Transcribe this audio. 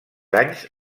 anys